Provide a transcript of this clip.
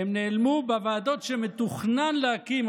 הם נעלמו בוועדות שמתוכננות להקמה,